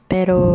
Pero